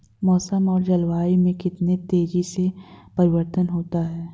मौसम और जलवायु में कितनी तेजी से परिवर्तन होता है?